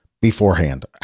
beforehand